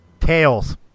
Tails